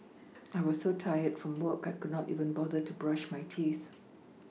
I was so tired from work I could not even bother to brush my teeth